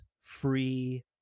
free